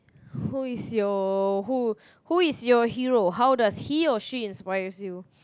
who is your who who is your hero how does he or she inspires you